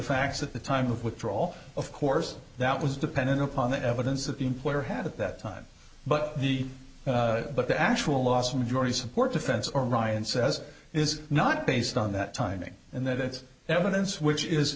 facts at the time of withdrawal of course that was dependent upon the evidence that the employer had at that time but the but the actual last majority support defense or ryan says it is not based on that timing and that evidence which is